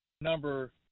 number